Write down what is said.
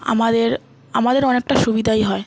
আমাদের আমাদের অনেকটা সুবিধাই হয়